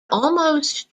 almost